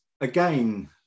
Again